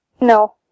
No